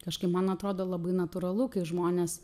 kažkaip man atrodo labai natūralu kai žmonės